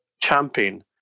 champion